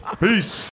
Peace